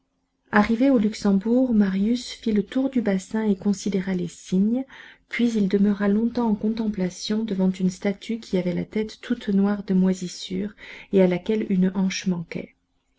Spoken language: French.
arrivé au luxembourg marius fit le tour du bassin et considéra les cygnes puis il demeura longtemps en contemplation devant une statue qui avait la tête toute noire de moisissure et à laquelle une hanche manquait